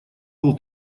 был